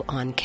on